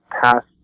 past